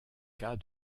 cas